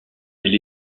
elle